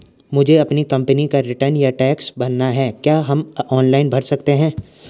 मुझे अपनी कंपनी का रिटर्न या टैक्स भरना है क्या हम ऑनलाइन भर सकते हैं?